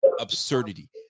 absurdity